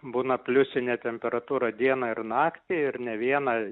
būna pliusinė temperatūra dieną ir naktį ir ne vieną